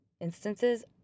instances